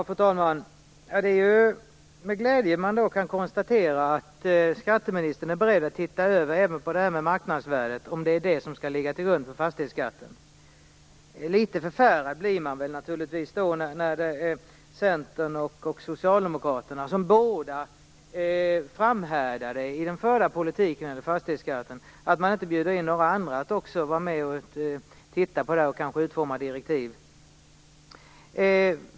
Fru talman! Det är med glädje jag konstaterar att skatteministern är beredd att även titta över marknadsvärdet för att se om det skall ligga till grund för fastighetsskatten. Litet förfärad blir jag naturligtvis när Centern och Socialdemokraterna, som båda framhärdar i den förda politiken när det gäller fastighetsskatten, inte bjuder in några andra att också vara med och kanske utforma direktiv.